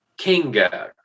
Kinga